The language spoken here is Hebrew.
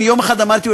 אני אמרתי,